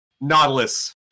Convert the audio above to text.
Nautilus